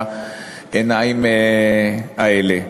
בעיניים האלה.